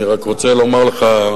אני רק רוצה לומר לך,